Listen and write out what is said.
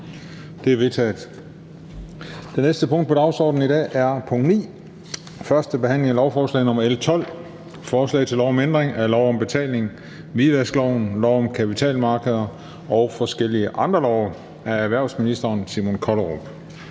Det er vedtaget. --- Det næste punkt på dagsordenen er: 9) 1. behandling af lovforslag nr. L 12: Forslag til lov om ændring af lov om betalinger, hvidvaskloven, lov om kapitalmarkeder og forskellige andre love. (Gennemførelse